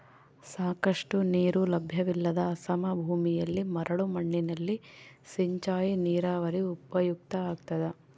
ಸಾಕಷ್ಟು ನೀರು ಲಭ್ಯವಿಲ್ಲದ ಅಸಮ ಭೂಮಿಯಲ್ಲಿ ಮರಳು ಮಣ್ಣಿನಲ್ಲಿ ಸಿಂಚಾಯಿ ನೀರಾವರಿ ಉಪಯುಕ್ತ ಆಗ್ತದ